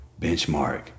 benchmark